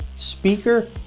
speaker